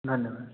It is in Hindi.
धन्यवाद